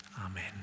amen